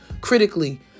critically